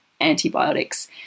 antibiotics